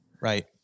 Right